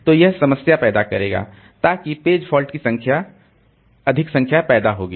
तो यह समस्या पैदा करेगा ताकि पेज फॉल्ट की अधिक संख्या पैदा होगी